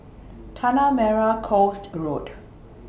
Tanah Merah Coast Road